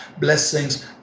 blessings